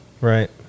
Right